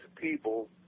people